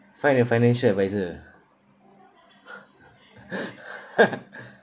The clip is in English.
find a financial advisor